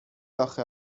آخه